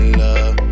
love